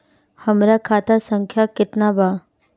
हमरा खाता संख्या केतना बा?